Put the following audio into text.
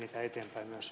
arvoisa puhemies